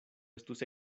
estus